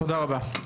תודה רבה.